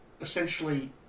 essentially